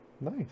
Nice